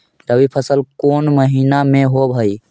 रबी फसल कोन महिना में होब हई?